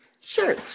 Sure